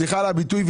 סליחה על הביטוי,